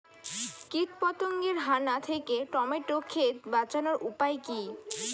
কীটপতঙ্গের হানা থেকে টমেটো ক্ষেত বাঁচানোর উপায় কি?